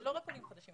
זה לא רק עולים חדשים,